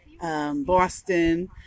Boston